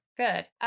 Good